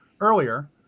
earlier